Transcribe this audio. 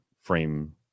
frame